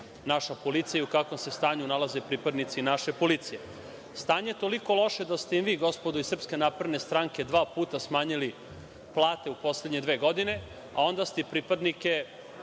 naša policija i u kakvom se stanju nalaze pripadnici naše policije. Stanje je toliko loše da ste im vi, gospodo iz SNS, dva puta smanjili plate u poslednje dve godine, a onda ste pripadnike